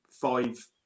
five